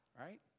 right